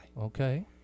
okay